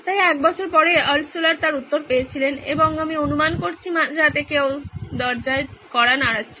তাই এক বছর পরে আল্টশুলার তার উত্তর পেয়েছিলেন এবং আমি অনুমান করছি মাঝরাতে কেউ দরজায় কড়া নাড়াচ্ছিল